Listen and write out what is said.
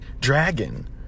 dragon